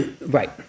Right